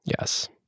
Yes